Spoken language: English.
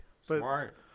Smart